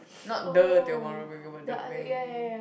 not the Tiong-Bahru-Bakery but the